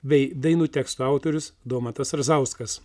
bei dainų tekstų autorius domantas razauskas